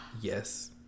Yes